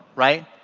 right?